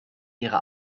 ihre